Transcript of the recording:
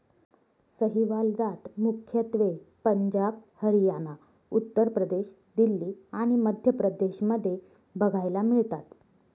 सहीवाल जात मुख्यत्वे पंजाब, हरियाणा, उत्तर प्रदेश, दिल्ली आणि मध्य प्रदेश मध्ये बघायला मिळतात